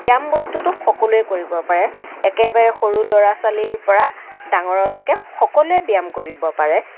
ব্য়ায়াম বস্তুটো সকলোৱে কৰিব পাৰে একেবাৰে সৰু ল'ৰা ছোৱালীৰ পৰা ডাঙৰলৈকে সকলোৱে ব্য়ায়াম কৰিব পাৰে